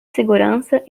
segurança